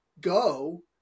Go